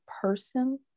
person